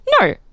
no